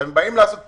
הם באים לעשות פיצוי,